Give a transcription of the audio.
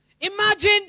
Imagine